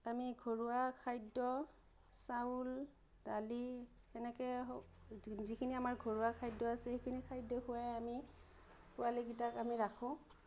আমি ঘৰুৱা খাদ্য চাউল দালি সেনেকৈ যিখিনি আমাৰ ঘৰুৱা খাদ্য আছিল সেইখিনি খাদ্যই খুৱাই আমি পোৱালিকেইটাক আমি ৰাখোঁ